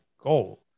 goal